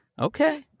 Okay